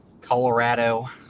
Colorado